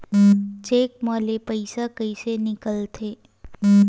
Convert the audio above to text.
Cheque म ले पईसा कइसे निकलथे?